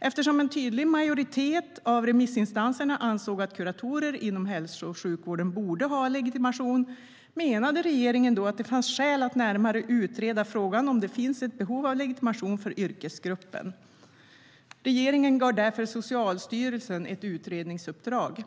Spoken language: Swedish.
Eftersom en tydlig majoritet av remissinstanserna ansåg att kuratorer inom hälso och sjukvården borde ha legitimation menade regeringen att det fanns skäl att närmare utreda frågan om det finns ett behov av legitimation för yrkesgruppen. Regeringen gav därför Socialstyrelsen ett utredningsuppdrag.